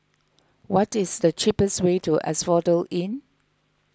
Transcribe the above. what is the cheapest way to Asphodel Inn